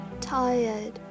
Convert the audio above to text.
tired